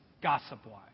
gossip-wise